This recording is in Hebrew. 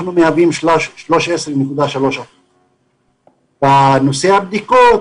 אנחנו מהווים 13.3%. בנושא הבדיקות,